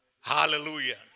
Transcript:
Hallelujah